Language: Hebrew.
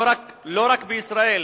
לא רק בישראל,